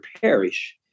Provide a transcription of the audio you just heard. parish